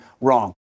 wrong